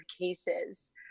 cases